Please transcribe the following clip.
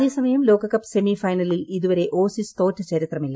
അതേസമയം ലോകകപ്പ് സെമിഐനലിൽ ഇതുവരെ ഓസീസ് തോറ്റ ചരിത്രമില്ല